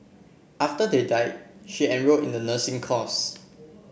after they died she enrolled in the nursing course